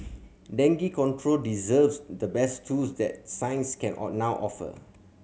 dengue control deserves the best tools that science can all now offer